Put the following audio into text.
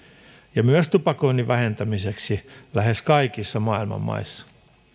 ja myös tupakoinnin vähentämiseksi lähes kaikissa maailman maissa